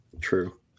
True